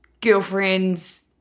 girlfriend's